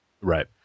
Right